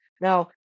Now